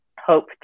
hope